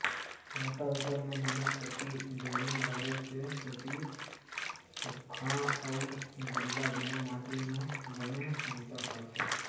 rotavator म दूनो कोती बैरिंग लगे के सेती सूख्खा अउ गिल्ला दूनो माटी म बने बूता करथे